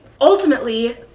Ultimately